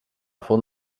font